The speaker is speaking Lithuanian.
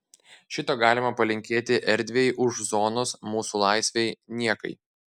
šito galima palinkėti erdvei už zonos mūsų laisvei niekai